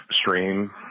stream